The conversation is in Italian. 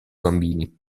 bambini